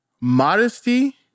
modesty